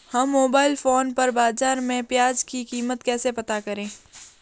हम mobile phone पर बाज़ार में प्याज़ की कीमत कैसे पता करें?